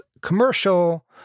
commercial